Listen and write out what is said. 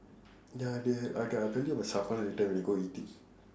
ya they had like a later we go eating